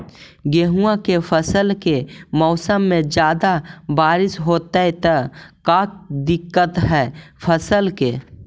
गेहुआ के फसल के मौसम में ज्यादा बारिश होतई त का दिक्कत हैं फसल के?